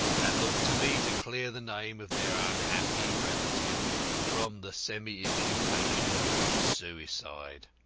and look to me to clear the name of their unhappy relative from the semi-imputation of suicide.